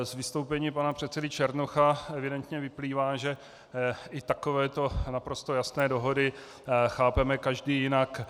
Z vystoupení pana předsedy Černocha evidentně vyplývá, že i takovéto naprosto jasné dohody chápeme každý jinak.